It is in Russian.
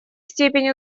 степень